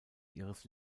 ihres